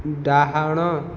ଡାହାଣ